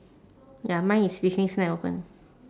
ya mine is fishing snack open